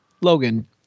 Logan